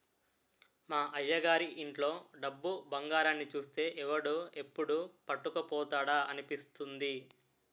మా అయ్యగారి ఇంట్లో డబ్బు, బంగారాన్ని చూస్తే ఎవడు ఎప్పుడు పట్టుకుపోతాడా అనిపిస్తుంది